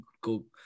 go –